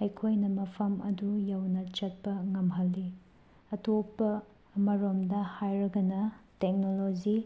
ꯑꯩꯈꯣꯏꯅ ꯃꯐꯝ ꯑꯗꯨ ꯌꯧꯅ ꯆꯠꯄ ꯉꯝꯍꯜꯂꯤ ꯑꯇꯣꯞꯄ ꯑꯃꯔꯣꯝꯗ ꯍꯥꯏꯔꯒꯅ ꯇꯦꯛꯅꯣꯂꯣꯖꯤ